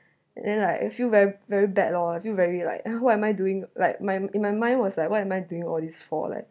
and then like I feel very very bad lor I feel very like who am I doing like my in my mind was like what am I doing all these for leh